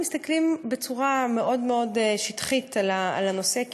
מסתכלים בצורה שטחית מאוד מאוד על הנושא,